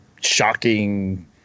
shocking